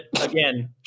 again